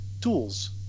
tools